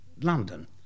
London